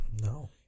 No